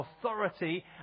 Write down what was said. authority